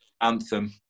anthem